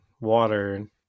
water